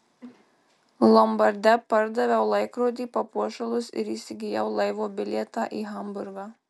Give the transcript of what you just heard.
lombarde pardaviau laikrodį papuošalus ir įsigijau laivo bilietą į hamburgą